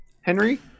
Henry